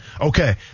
Okay